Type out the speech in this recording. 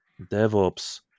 DevOps